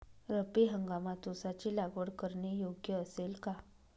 रब्बी हंगामात ऊसाची लागवड करणे योग्य असेल का?